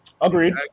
Agreed